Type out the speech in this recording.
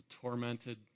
tormented